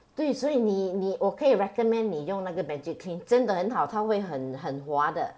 对所以你你我可以 recommend 你用那个 Magiclean 真的很好他会很很滑的